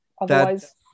otherwise